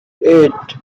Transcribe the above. eight